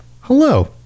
hello